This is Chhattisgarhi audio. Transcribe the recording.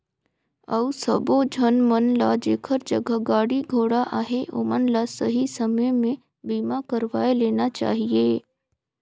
अउ सबो झन मन ल जेखर जघा गाड़ी घोड़ा अहे ओमन ल सही समे में बीमा करवाये लेना चाहिए